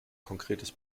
konkretes